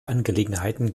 angelegenheiten